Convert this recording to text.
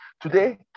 today